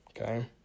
okay